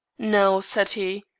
now, said he,